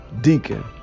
deacon